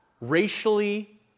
racially